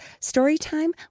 Storytime